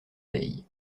veille